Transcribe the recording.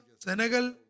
Senegal